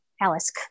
Alice